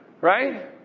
Right